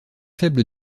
faible